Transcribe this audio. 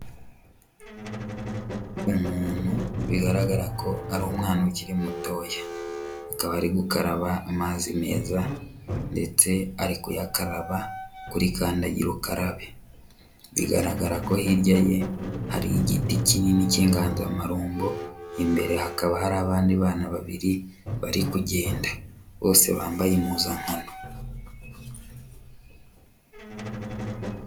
Umuntu bigaragara ko ari umwana ukiri mutoya. Akaba ari gukaraba amazi meza ndetse ari kuyakaraba kuri kandagira ukarabe. Bigaragara ko hirya ye hari igiti kinini cy'inganzamarumbo, imbere hakaba hari abandi bana babiri bari kugenda. Bose bambaye impuzankano.